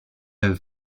del